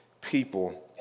people